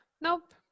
Nope